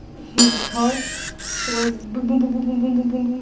his heart was boom, boom, boom, boom, boom, boom, boom, boom, boom.